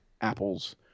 apples